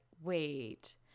Wait